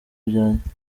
byanjye